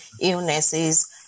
illnesses